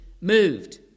moved